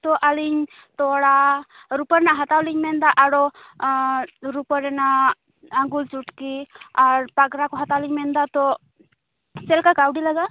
ᱛᱳ ᱟᱹᱞᱤᱧ ᱛᱚᱲᱟ ᱨᱩᱯᱟᱹ ᱨᱮᱱᱟᱜ ᱦᱟᱛᱟᱣ ᱞᱤᱧ ᱢᱮᱱᱮᱫᱟ ᱟᱨᱚ ᱨᱩᱯᱟᱹ ᱨᱮᱱᱟᱜ ᱟᱜᱩᱞ ᱪᱩᱴᱠᱤ ᱟᱨ ᱯᱟᱜᱨᱟ ᱠᱚ ᱦᱟᱛᱟᱣ ᱞᱤᱧ ᱢᱮᱱᱫᱟ ᱛᱳ ᱪᱮᱫ ᱞᱮᱠᱟ ᱠᱟᱹᱣᱰᱤ ᱞᱟᱜᱟᱜᱼᱟ